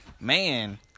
man